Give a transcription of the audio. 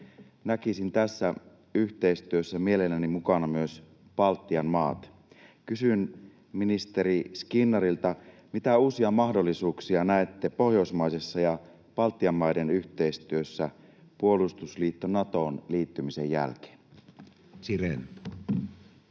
Näkisin tässä yhteistyössä mielelläni mukana myös Baltian maat. Kysyn ministeri Skinnarilta: mitä uusia mahdollisuuksia näette pohjoismaisessa ja Baltian maiden yhteistyössä puolustusliitto Natoon liittymisen jälkeen? [Speech